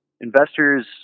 investors